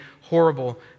horrible